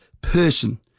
person